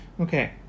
Okay